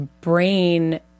brain